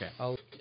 Okay